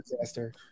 disaster